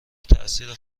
تأثیر